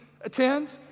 attend